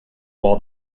while